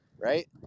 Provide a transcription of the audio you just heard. right